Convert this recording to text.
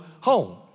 home